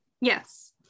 Yes